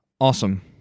Awesome